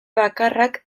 bakarrak